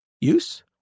use